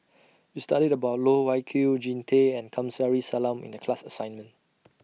We studied about Loh Wai Kiew Jean Tay and Kamsari Salam in The class assignment